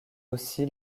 aussi